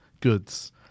goods